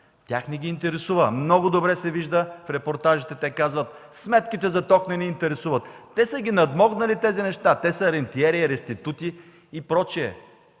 Тях не ги интересува. Много добре се вижда от репортажите, те казват: „Сметките за ток не ни интересуват“. Те са надмогнали тези неща, те са рентиери, реститути и прочие.